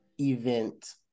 event